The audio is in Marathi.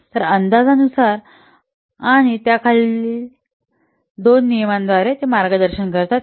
तर अंदाजानुसार आणि त्याखालील दोन नियमांद्वारे ते मार्गदर्शन करतात